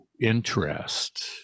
interest